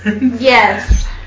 Yes